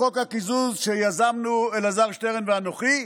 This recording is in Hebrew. בחוק הקיזוז שיזמנו אלעזר שטרן ואנוכי.